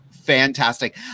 fantastic